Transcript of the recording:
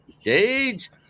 stage